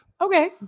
Okay